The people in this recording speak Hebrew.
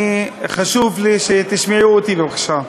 חשוב לי שתשמעי אותי, בבקשה.